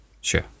sure